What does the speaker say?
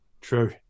True